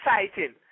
exciting